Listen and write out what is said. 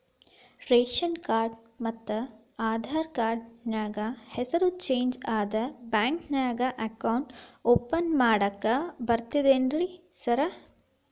Ration card ಮತ್ತ Aadhaar card ನ್ಯಾಗ ಹೆಸರು ಚೇಂಜ್ ಅದಾ ಬ್ಯಾಂಕಿನ್ಯಾಗ ಅಕೌಂಟ್ ಓಪನ್ ಮಾಡಾಕ ಬರ್ತಾದೇನ್ರಿ ಸಾರ್?